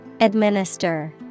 Administer